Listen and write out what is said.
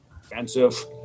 expensive